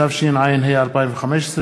התשע"ה 2015,